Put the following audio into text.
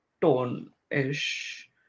Tone-ish